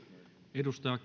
arvoisa